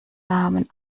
namen